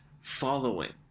following